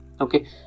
Okay